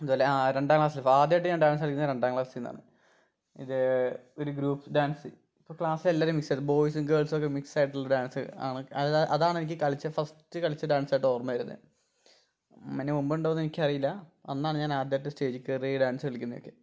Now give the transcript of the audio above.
അതുപോലെ ആ രണ്ടാം ക്ലാസില് ആദ്യമായിട്ട് ഞാൻ ഡാൻസ് കളിക്കുന്നത് രണ്ടാം ക്ലാസ്സിൽനിന്നാണ് ഇത് ഒരു ഗ്രൂപ്പ് ഡാൻസ് ഇപ്പം ക്ലാസ് എല്ലാരെയും മിസ്സ് ആയിരുന്നു ബോയ്സും ഗേൾസൊക്കെ മിക്സ് ആയിട്ടുള്ള ഡാൻസ് ആണ് അതാണ് എനിക്ക് കളിച്ച ഫസ്റ്റ് കളിച്ച ഡാൻസായിട്ട് ഓർമ്മ വരുന്നത് അങ്ങനെ മുമ്പുണ്ടോ എന്ന് എനിക്ക് അറിയില്ല അന്നാണ് ഞാൻ ആദ്യമായിട്ട് സ്റ്റേജിൽ കയറി ഡാൻസ് കളിക്കുന്നതൊക്കെ